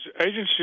agencies